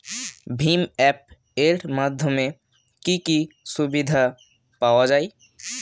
ভিম app এর মাধ্যমে কি কি সুবিধা পাওয়া যায়?